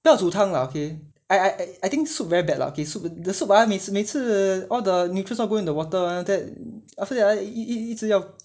不要煮汤啦 mandarin> okay I I I think soup very bad lah okay the soup ah 每次每次 all the nutri~ all go into water [one] after that ah 一一直要